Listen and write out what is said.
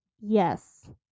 yes